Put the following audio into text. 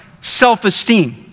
self-esteem